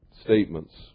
statements